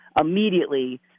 immediately